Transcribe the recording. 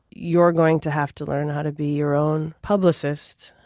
you're going to have to learn how to be your own publicist,